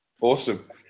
Awesome